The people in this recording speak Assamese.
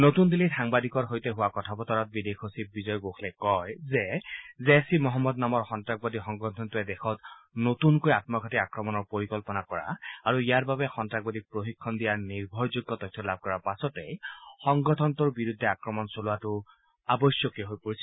নতুন দিল্লীত সাংবাদিকৰ সৈতে হোৱা কথা বতৰাত বিদেশ সচিব বিজয় গোখলে কয় যে জেইছ ঈ মহন্মদ নামৰ সন্ত্ৰাসবাদী সংগঠনটোৱে দেশত নতৃনকৈ আম্মঘাতী আক্ৰমণৰ পৰিকল্পনা কৰা আৰু ইয়াৰ বাবে সন্ত্ৰাসবাদীক প্ৰশিক্ষণ দিয়াৰ নিৰ্ভৰযোগ্য তথ্য লাভৰ কৰাৰ পাছতেই সংগঠনটোৰ বিৰুদ্ধে আক্ৰমণ চলোৱাটো আৱশ্যকীয় হৈ পৰিছিল